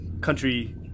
Country